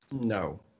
No